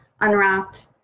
unwrapped